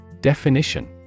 Definition